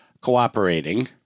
cooperating